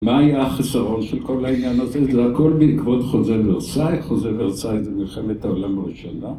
מה היה החסרון של כל העניין הזה? זה הכל בעקבות חוזה ורסאי. חוזה ורסאי זה מלחמת העולם הראשונה.